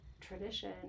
tradition